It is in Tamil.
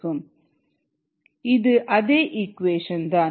k1ES k2ES k3ES இது அதே ஈக்குவேஷன் தான்